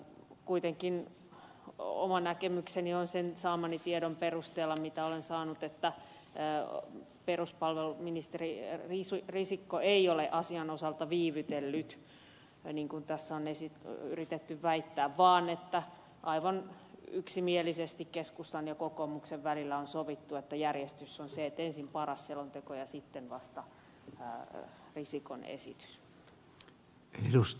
kuitenkin oma näkemykseni on sen tiedon perusteella mitä olen saanut että peruspalveluministeri risikko ei ole asian osalta viivytellyt niin kuin tässä on yritetty väittää vaan aivan yksimielisesti keskustan ja kokoomuksen välillä on sovittu että järjestys on se että ensin paras selonteko ja sitten vasta risikon esitys